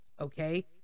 okay